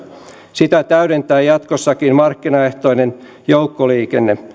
sitä täydentää jatkossakin markkinaehtoinen joukkoliikenne